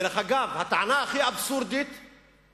דרך אגב, הטענה הכי אבסורדית היא